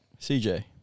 CJ